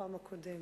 מהפעם הקודמת.